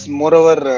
moreover